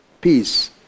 peace